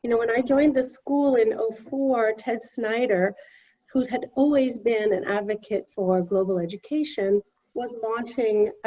you know when i joined the school in ah four, ted snyder who had always been an advocate for global education was launching